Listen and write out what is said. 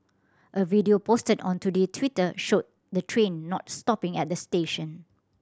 a video posted on Today Twitter showed the train not stopping at the station